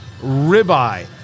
ribeye